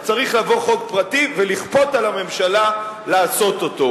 אז צריך לבוא חוק פרטי ולכפות על הממשלה לעשות אותו.